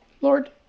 Lord